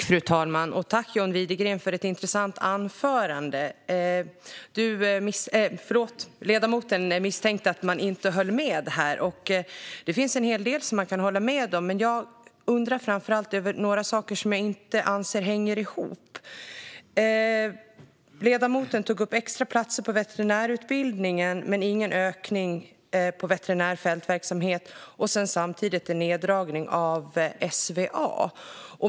Fru talman! Tack, John Widegren, för ett intressant anförande! Ledamoten misstänkte att det fanns någon som inte höll med. Det finns en hel del som man kan hålla med om, men jag undrar framför allt över några saker som jag inte anser hänger ihop. Ledamoten tog upp extra platser på veterinärutbildningen. Det görs dock ingen ökning när det gäller veterinärfältverksamheten, och det görs samtidigt en neddragning av SVA.